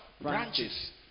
Branches